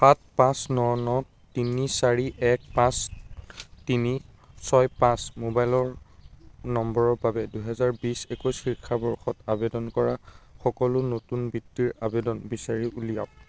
সাত পাঁচ ন ন তিনি চাৰি এক পাঁচ তিনি ছয় পাঁচ মোবাইলৰ নম্বৰৰ বাবে দুহেজাৰ বিছ একৈছ শিক্ষাবৰ্ষত আবেদন কৰা সকলো নতুন বিত্তিৰ আবেদন বিচাৰি উলিয়াওক